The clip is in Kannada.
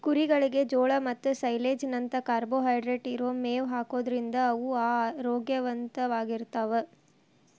ಕುರಿಗಳಿಗೆ ಜೋಳ ಮತ್ತ ಸೈಲೇಜ್ ನಂತ ಕಾರ್ಬೋಹೈಡ್ರೇಟ್ ಇರೋ ಮೇವ್ ಹಾಕೋದ್ರಿಂದ ಅವು ಆರೋಗ್ಯವಂತವಾಗಿರ್ತಾವ